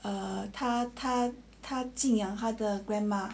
ah 他他他敬仰他的 grandma